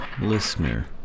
listener